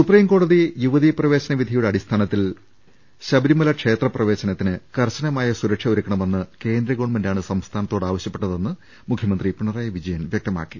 supreme കോടതി യുവതീ പ്രവേശന വിധിയുടെ അടിസ്ഥാന ത്തിൽ ശബരിമല ക്ഷേത്രപ്രവേശനത്തിന് കർശനമായ സുരക്ഷ ഒരു ക്കണമെന്ന് കേന്ദ്ര ഗവൺമെന്റാണ് സംസ്ഥാനത്തോട് ആവശൃപ്പെട്ട തെന്ന് മുഖ്യമന്ത്രി പിണറായി വിജയൻ വൃക്തമാക്കി